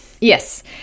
Yes